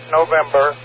November